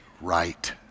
right